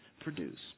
produce